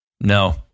No